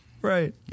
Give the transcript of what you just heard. right